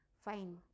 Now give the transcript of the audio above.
fine